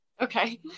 Okay